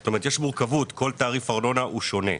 זאת אומרת, יש מורכבות; כל תעריף ארנונה הוא שונה.